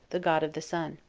the god of the sun.